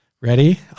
Ready